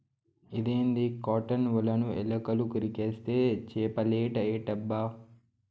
ఇదేంది కాటన్ ఒలను ఎలుకలు కొరికేస్తే చేపలేట ఎట్టబ్బా